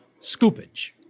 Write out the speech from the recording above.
scoopage